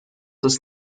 ist